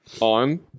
on